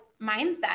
mindset